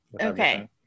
Okay